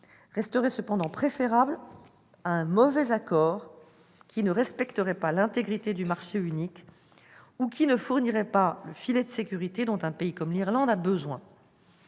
resterait néanmoins préférable à un mauvais accord, qui ne respecterait pas l'intégrité du marché unique ou ne fournirait pas le « filet de sécurité » dont un pays comme l'Irlande a besoin.